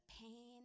pain